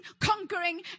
conquering